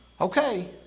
Okay